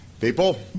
People